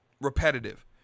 repetitive